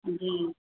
जी